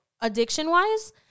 addiction-wise